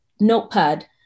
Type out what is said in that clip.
notepad